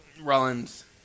Rollins